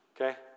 Okay